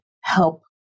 help